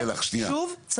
שוב,